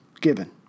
given